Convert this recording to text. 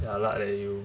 jialat leh you